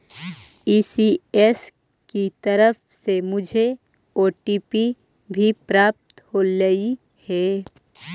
ECS की तरफ से मुझे ओ.टी.पी भी प्राप्त होलई हे